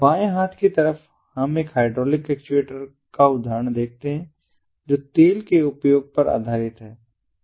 बाएं हाथ की तरफ हम एक हाइड्रोलिक एक्चुएटर का एक उदाहरण देखते हैं जो तेल के उपयोग पर आधारित है